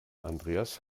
andreas